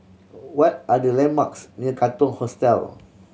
what are the landmarks near Katong Hostel